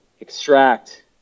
extract